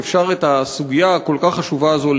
ואפשר לקדם את הסוגיה הכל-כך חשובה הזאת.